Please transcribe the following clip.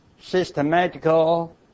systematical